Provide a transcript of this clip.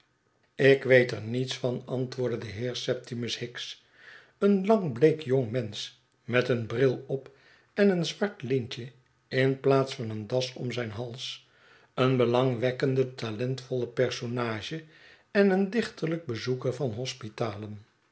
ik weet er niets van antwoordde de heer septimus hicks een lang bleek jong mensch met een bril op en een zwart lintje in plaats van een das om zijn hals eenbelangwekkende talentvolle personage en een dichterlijk bezoeker van